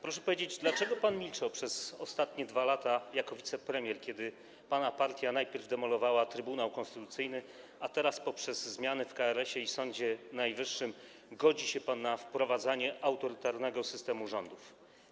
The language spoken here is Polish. Proszę powiedzieć, dlaczego pan milczał przez ostatnie 2 lata jako wicepremier, kiedy pana partia najpierw demolowała Trybunał Konstytucyjny, a teraz poprzez zmiany w KRS i Sądzie Najwyższym godzi się pan na wprowadzanie autorytarnego systemu rządów.